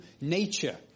nature